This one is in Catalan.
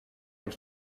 els